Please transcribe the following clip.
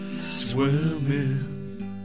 swimming